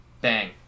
Bang